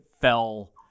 fell